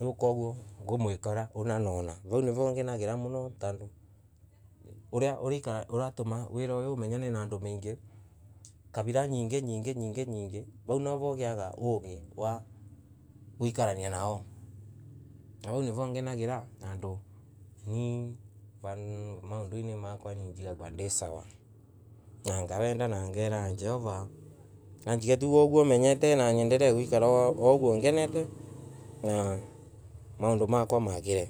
riu koguo nigwikara nawona. Vau niro ngenagira muno uraikara uratuma nginya umenyane na andu maingi kabila nyingi nyingi nyongi. Vau nivo ugiaga uugi wa guikararia nao. Vau nivo ngenagira. Nii maunduini makwa ngoragwa ni sawa nangwagenda na ngera Jehova aniige uguo tu amendete gwikara wouguo ngenete na maundu makwa magire.